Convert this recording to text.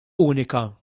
unika